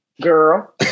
Girl